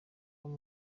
aha